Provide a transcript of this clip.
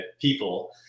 people